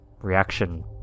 Reaction